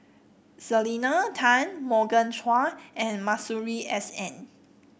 Selena Tan Morgan Chua and Masuri S N